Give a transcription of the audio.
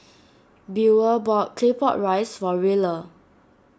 Buel bought Claypot Rice for Rilla